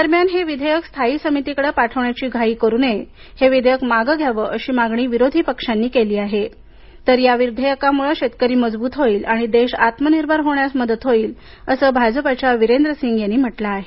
दरम्यान हे विधेयक स्थायी समितीकडे पाठवण्याची घाई करू नये हे विधेयक मागे घ्यावं अशी मागणी विरोधी पक्षांनी केली आहे तर या विधेयकामुळे शेतकरी मजबूत होईल आणि देश आत्मनिर्भर होण्यास मदत होईल असं भाजपाच्या वीरेंद्रसिंग यांनी म्हटलं आहे